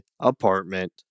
apartment